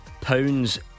pounds